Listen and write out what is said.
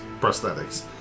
prosthetics